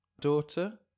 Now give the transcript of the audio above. daughter